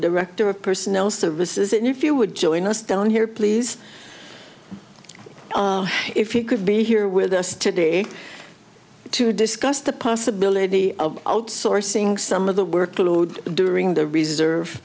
director of personnel services if you would join us down here please if you could be here with us today to discuss the possibility of outsourcing some of the workload during the reserve